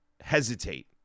hesitate